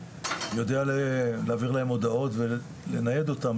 שיודע להעביר להם הודעות, ולנייד אותם